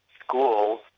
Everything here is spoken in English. schools